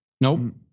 Nope